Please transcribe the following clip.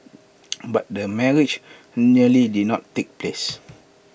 but the marriage nearly did not take place